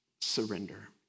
Surrender